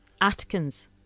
Atkins